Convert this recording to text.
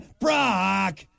Brock